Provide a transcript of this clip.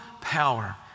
power